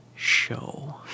Show